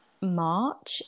March